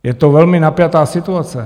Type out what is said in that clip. Je to velmi napjatá situace.